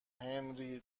هنری